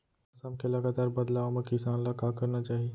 मौसम के लगातार बदलाव मा किसान ला का करना चाही?